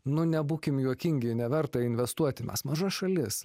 nu nebūkim juokingi neverta investuoti mes maža šalis